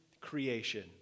creation